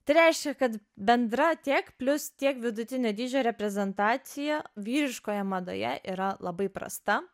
tai reiškia kad bendra tiek plius tiek vidutinio dydžio reprezentacija vyriškoje madoje yra labai prasta